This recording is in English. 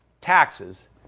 taxes